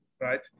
Right